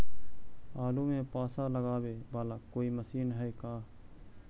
आलू मे पासा लगाबे बाला कोइ मशीन है का?